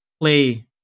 play